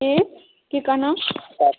की की कहलहुँ